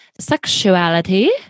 sexuality